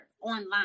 online